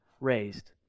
raised